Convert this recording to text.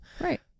Right